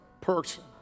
person